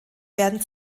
werden